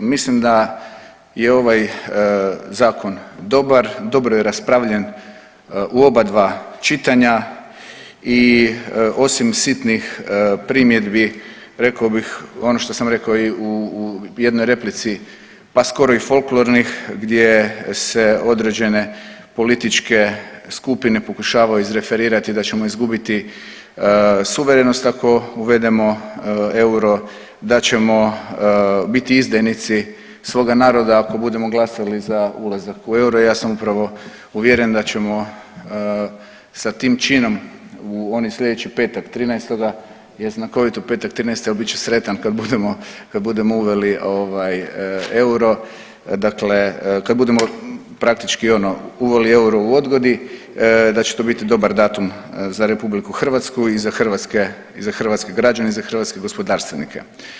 Mislim da je ovaj zakon dobar, dobro je raspravljen u obadva čitanja i osim sitnih primjedbi reko bih ono što sam i rekao u jednoj replici, pa skoro i folklornih gdje se određene političke skupine pokušavaju izreferirati da ćemo izgubiti suverenost ako uvedemo euro, da ćemo biti izdajnici svoga naroda ako budemo glasali za ulazak u euro, ja sam upravo uvjeren da ćemo sa tim činom u onaj sljedeći petak 13. je znakovit petak 13., ali bit ću sretan kad budemo uveli euro, kad budemo praktički uveli euro u odgodi, da će to biti dobar datum za RH i za hrvatske građane i za hrvatske gospodarstvenike.